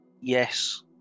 Yes